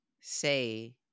say